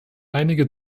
einige